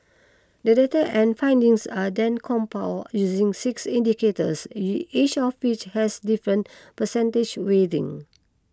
the data and findings are then compiled using six indicators each of which has different percentage weighting